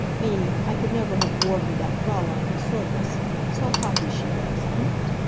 me, i could never have warred with that fraulein who served us so haughty she was, nicht?